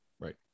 Right